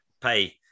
pay